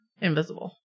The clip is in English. invisible